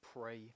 pray